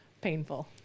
painful